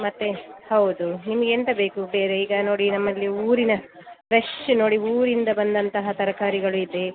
ಮತ್ತೆ ಹೌದು ನಿಮಗೆ ಎಂತ ಬೇಕು ಬೇರೆ ಈಗ ನೋಡಿ ನಮ್ಮಲ್ಲಿ ಊರಿನ ಫ್ರೆಷ್ ನೋಡಿ ಊರಿಂದ ಬಂದಂತಹ ತರಕಾರಿಗಳು ಇದೆ